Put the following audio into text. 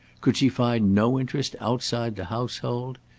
could she find no interest outside the household?